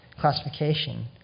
classification